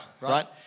right